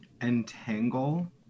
Entangle